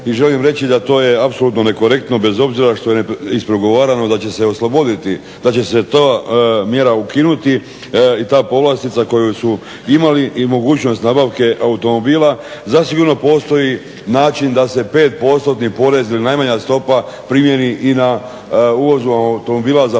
i želim reći da to je apsolutno nekorektno bez obzira što je ispregovarano da će se osloboditi, da će se ta mjera ukinuti i ta povlastica koju su imali i mogućnost nabavke automobila zasigurno postoji način da se 5 postotni porez ili najmanja stopa primijeni i na uvoz automobila za potrebe